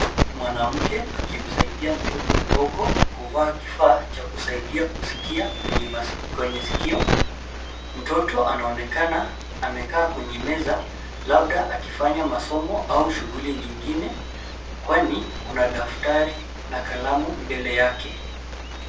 Mwanamke akimsaidia mtoto mdogo kuvaa kifaa cha kusaidia kusikia kwenye sikio. Mtoto anaonekana amekaa kwenye meza labda akifanya masomo au shughuli nyingine kwani kuna daftari na kalamu mbele yake.